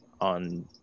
on